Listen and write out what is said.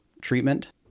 treatment